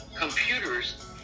computers